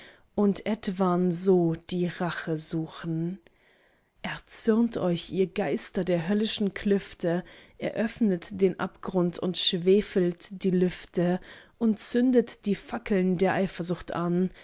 und etwan so die rache suchen erzürnt euch ihr geister der höllischen klüfte eröffnet den abgrund und schwefelt die lüfte und zündet die fackeln der eifersucht an